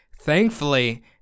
Thankfully